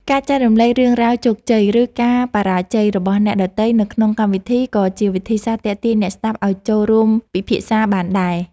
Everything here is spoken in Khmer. ការចែករំលែករឿងរ៉ាវជោគជ័យ ឬការបរាជ័យរបស់អ្នកដទៃនៅក្នុងកម្មវិធីក៏ជាវិធីសាស្ត្រទាក់ទាញអ្នកស្តាប់ឱ្យចូលរួមពិភាក្សាបានដែរ។